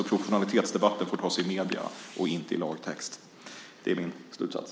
Proportionalitetsdebatten får tas i medierna och inte i lagtext - det är min slutsats.